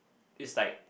it's like